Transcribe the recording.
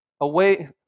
away